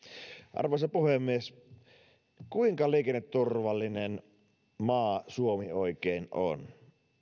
arvoisa puhemies kuinka liikenneturvallinen maa suomi oikein on